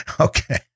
Okay